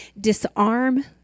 disarm